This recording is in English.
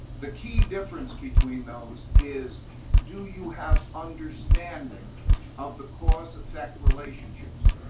the key difference between those is do you have understanding of the cause-effect relationships?